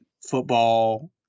football